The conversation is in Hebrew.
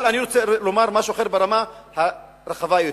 אבל אני רוצה לומר משהו אחר ברמה הרחבה יותר,